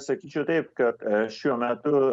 sakyčiau taip kad šiuo metu